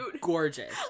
gorgeous